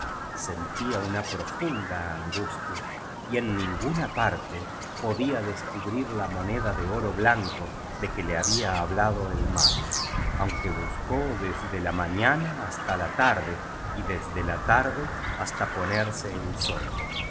sentía una profunda angustia y eu ninguna parte podía descubrir la moneda de oro blanco de que le había hablado el mago aunque buscó desde la mañana hasta la tar de y desde la tarde hasta ponerse el sol